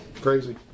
crazy